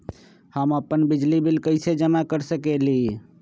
हम अपन बिजली बिल कैसे जमा कर सकेली?